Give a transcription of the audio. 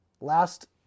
Last